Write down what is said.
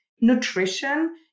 Nutrition